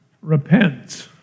Repent